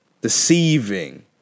deceiving